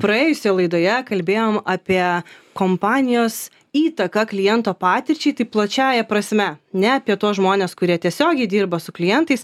praėjusioj laidoje kalbėjom apie kompanijos įtaką kliento patirčiai tai plačiąja prasme ne apie tuos žmones kurie tiesiogiai dirba su klientais